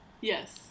Yes